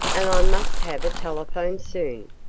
and i must have a telephone soon.